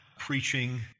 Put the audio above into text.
preaching